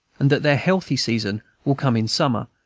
and that their healthy season will come in summer,